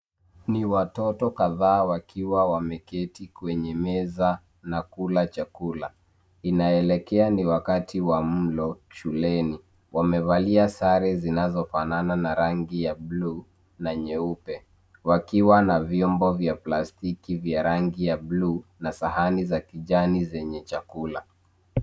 Ni watoto kadhaa wakiwa wameketi kwenye meza na kula chakula. Inaelekea ni wakati wa mlo, shuleni, wamevalia sare zinazofanana na rangi ya blue , na nyeupe, wakiwa na vyombo vya plastiki vya rangi ya blue , na sahani za kijani zenye chakula.